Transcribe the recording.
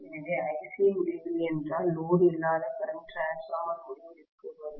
எனவே IC முடிவிலி என்றால் லோடு இல்லாத கரண்ட் டிரான்ஸ்பார்மர் முடிவிலிக்கு வரும்